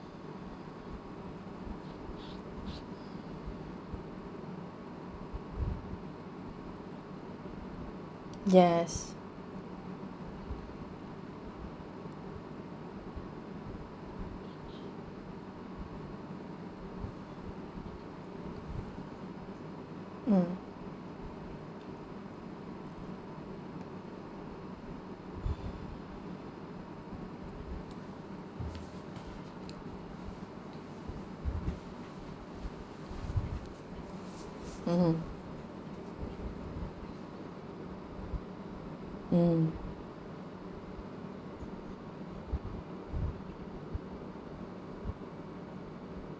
mmhmm mm